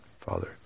Father